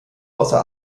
außer